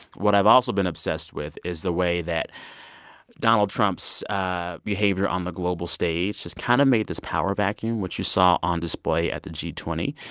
what i've also been obsessed with is the way that donald trump's behavior on the global stage has kind of made this power vacuum, which you saw on display at the g twenty.